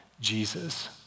Jesus